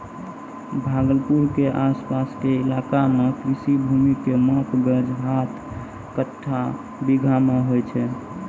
भागलपुर के आस पास के इलाका मॅ कृषि भूमि के माप गज, हाथ, कट्ठा, बीघा मॅ होय छै